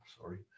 sorry